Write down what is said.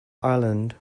ireland